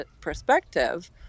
perspective